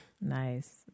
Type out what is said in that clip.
Nice